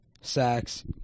sacks